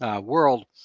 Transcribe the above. world